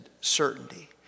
certainty